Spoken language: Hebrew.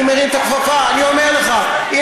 אני מרים את הכפפה, אני אומר לך.